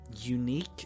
Unique